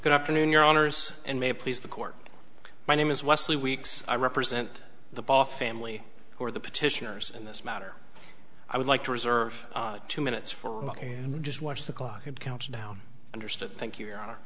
good afternoon your owners and may please the court my name is wesley weeks i represent the ball family or the petitioners in this matter i would like to reserve two minutes for just watch the clock and counts down understood thank you